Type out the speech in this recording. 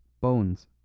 Bones